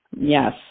Yes